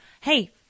hey